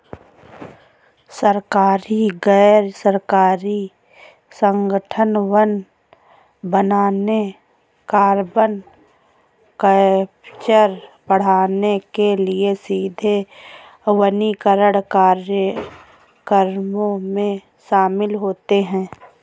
सरकारी, गैर सरकारी संगठन वन बनाने, कार्बन कैप्चर बढ़ाने के लिए सीधे वनीकरण कार्यक्रमों में शामिल होते हैं